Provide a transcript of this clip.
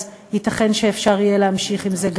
אז ייתכן שאפשר יהיה להמשיך עם זה.